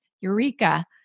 Eureka